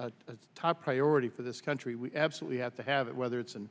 a top priority for this country we absolutely have to have it whether it's and